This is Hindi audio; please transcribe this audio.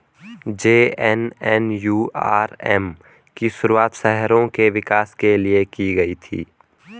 जे.एन.एन.यू.आर.एम की शुरुआत शहरों के विकास के लिए की गई थी